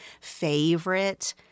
favorite